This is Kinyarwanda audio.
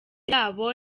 yabo